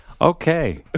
Okay